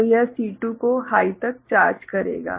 तो यह C2 को हाइ तक चार्ज करेगा